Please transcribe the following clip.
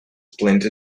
plenty